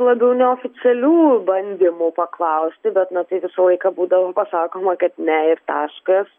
labiau neoficialių bandymų paklausti bet na tai visą laiką būdavo pasakoma kad ne ir taškas